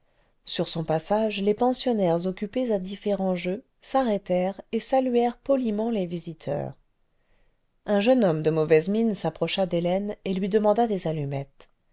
sur son passage les pensionnaires occupés à différents jeux s'arrêtèrent et saluèrent poliment les visiteurs un jeune homme de mauvaise mine s'approcha d'hélène et lui demanda des allumettes